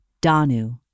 Danu